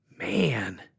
Man